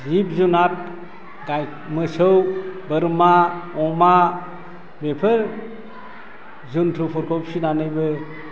जिब जुनाद गाय मोसौ बोरमा अमा बेफोर जुन्थुफोरखौ फिसिनानैबो